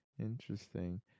interesting